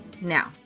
now